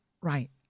right